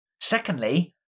Secondly